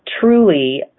truly